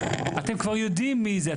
אתם כבר יודעים מי זה.